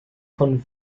von